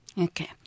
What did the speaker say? Okay